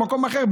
במקום אחר,